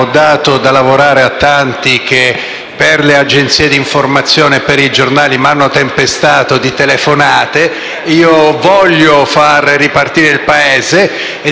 Grazie